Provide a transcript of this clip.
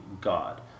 God